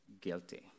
guilty